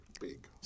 Big